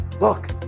look